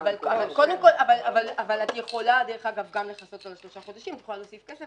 אבל את יכולה להוסיף כסף